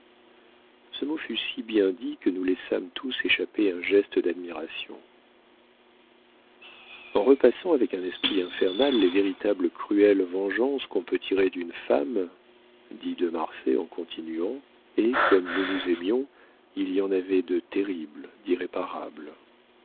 ce mot fut si bien dit que nous laissâmes tous échapper un geste d'admiration en repassant avec un esprit infernal les véritables cruelles vengeances qu'on peut tirer d'une femme dit de marsay en continuant et comme nous nous aimions il y en avait de terribles d'irréparables